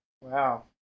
Wow